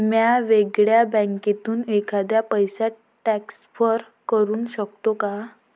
म्या वेगळ्या बँकेतून एखाद्याला पैसे ट्रान्सफर करू शकतो का?